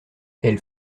elle